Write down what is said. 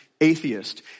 Atheist